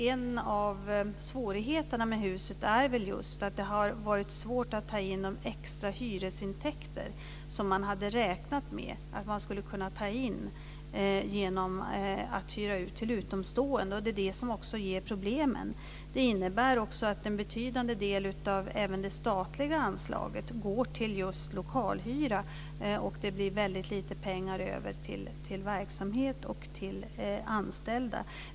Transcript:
En av svårigheterna med huset är väl just att det har varit svårt att ta in de extra hyresintäkter som man hade räknat med att ta in genom att hyra ut till utomstående. Det är det som ger problemen. Det innebär också att en betydande del av även det statliga anslaget går till just lokalhyra. Det blir väldigt lite pengar över till verksamhet och anställda.